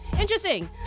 Interesting